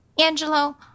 Angelo